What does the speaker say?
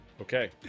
Okay